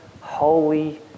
holy